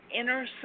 inner